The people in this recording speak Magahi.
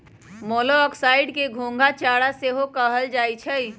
मोलॉक्साइड्स के घोंघा चारा सेहो कहल जाइ छइ